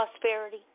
prosperity